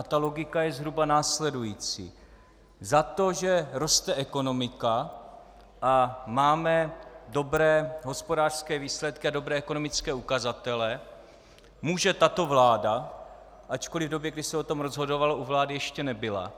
Ta logika je zhruba následující: Za to, že roste ekonomika a máme dobré hospodářské výsledky a dobré ekonomické ukazatele, může tato vláda, ačkoliv v době, kdy se o tom rozhodovalo, ještě u vlády nebyla.